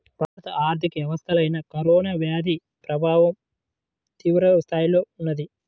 భారత ఆర్థిక వ్యవస్థపైన కరోనా వ్యాధి ప్రభావం తీవ్రస్థాయిలో ఉన్నది